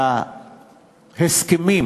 וההסכמים